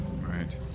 right